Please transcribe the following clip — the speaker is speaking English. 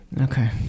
Okay